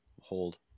hold